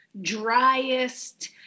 driest